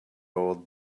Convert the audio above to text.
old